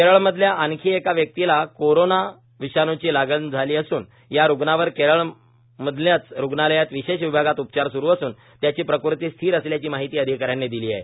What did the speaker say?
केरळमधल्या आणखी एका व्यक्तीला कोरोना विषाणूची लागण झाली असून या रुग्णावर केरळमधल्याचं रुग्णालयात विशेष विभागात उपचार सुरु असून त्याची प्रकृती स्थिर असल्याची माहिती अधिकाऱ्यांनी दिली आहे